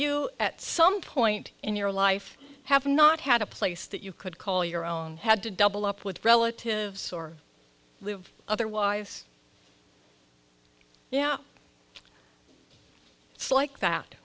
you at some point in your life have not had a place that you could call your own had to double up with relatives or live otherwise yeah it's like that